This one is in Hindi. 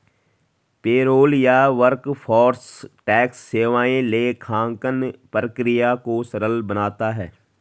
पेरोल या वर्कफोर्स टैक्स सेवाएं लेखांकन प्रक्रिया को सरल बनाता है